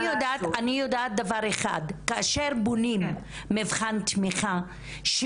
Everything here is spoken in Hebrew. אני יודעת דבר אחד: כאשר בונים מבחן תמיכה,